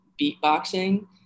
beatboxing